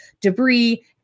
debris